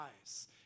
eyes